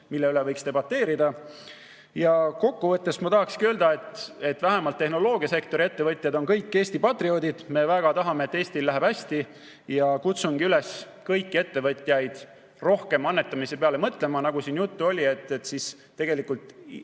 mille üle võiks debateerida. Kokku võttes ma tahangi öelda, et vähemalt tehnoloogiasektori ettevõtjad on kõik Eesti patrioodid. Me väga tahame, et Eestil läheb hästi. Kutsungi üles kõiki ettevõtjaid rohkem annetamise peale mõtlema. Nagu siin juttu oli, tegelikult